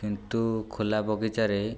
କିନ୍ତୁ ଖୋଲା ବଗିଚାରେ